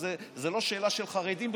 זאת בכלל לא שאלה של חרדים,